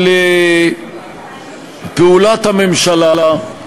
של פעולת הממשלה,